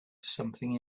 something